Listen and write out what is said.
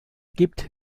gibt